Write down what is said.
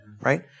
right